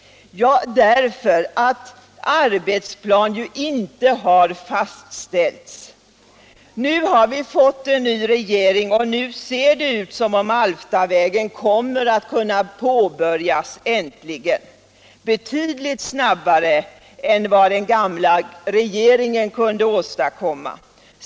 Jo, därför att arbetsplan inte har fastställts. Nu har vi fått en ny regering och nu ser det ut som om Alftavägen äntligen kommer att kunna påbörjas, betydligt snabbare än den gamla regeringen kunnat åstadkomma.